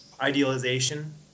idealization